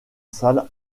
salle